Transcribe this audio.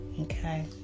okay